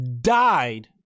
Died